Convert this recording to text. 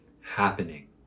happening